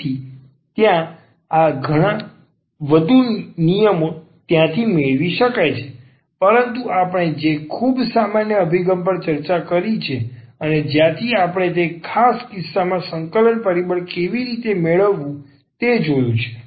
તેથી ત્યાં આવા ઘણા વધુ નિયમો ત્યાંથી મેળવી શકાય છે પરંતુ આપણે જે ખૂબ સામાન્ય અભિગમ પર ચર્ચા કરી છે અને ત્યાંથી આપણે તે ખાસ કિસ્સામાં સંકલન પરિબળ કેવી રીતે મેળવવું તે જોયું છે